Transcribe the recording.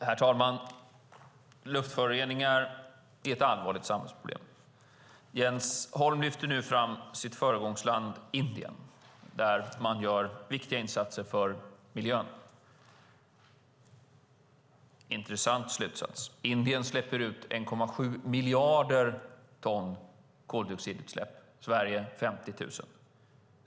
Herr talman! Luftföroreningar är ett allvarligt samhällsproblem. Jens Holm lyfter nu fram sitt föregångsland Indien, där man gör viktiga insatser för miljön. Det är en intressant slutsats. Indien släpper ut 1,7 miljarder ton koldioxid, Sverige 50 000.